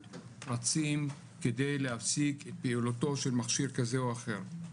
רצים כדי להפסיק את פעילותו של מכשיר כזה או אחר,